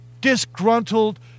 disgruntled